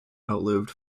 outlived